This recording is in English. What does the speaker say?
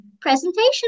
Presentation